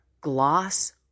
gloss